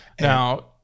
Now –